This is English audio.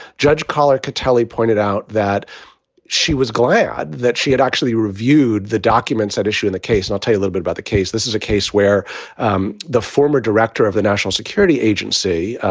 judge kollar-kotelly pointed out that she was glad that she had actually reviewed the documents at issue in the case. and i'll take a little bit about the case. this is a case where um the former director of the national security agency,